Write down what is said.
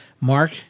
Mark